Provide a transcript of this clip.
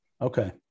Okay